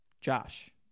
josh